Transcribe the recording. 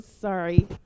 Sorry